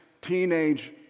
teenage